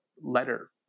Letter